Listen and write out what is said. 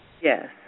Yes